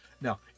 now